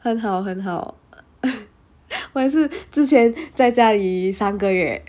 很好很好我也是之前在家里三个月